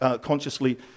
consciously